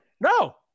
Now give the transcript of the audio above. No